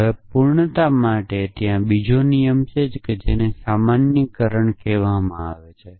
હવે પૂર્ણતા માટે ત્યાં બીજો નિયમ છે જેને સામાન્યીકરણ કહેવામાં આવે છે